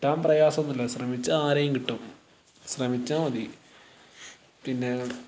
കിട്ടാൻ പ്രയാസം ഒന്നും ഇല്ല ശ്രമിച്ചാൽ ആരെയും കിട്ടും ശ്രമിച്ചാൽ മതി പിന്നെ